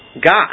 God